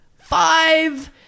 Five